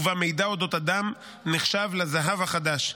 ושבה מידע אודות אדם נחשב לזהב החדש.